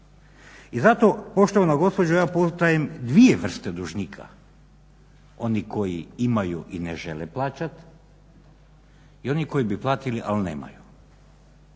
I zato poštovana gospođo ja poznajem dvije vrste dužnika. Oni koji imaju i ne žele plaćati i oni koji bi platili, ali nemaju.